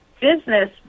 business